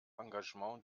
engagement